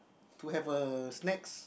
to have a snacks